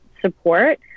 support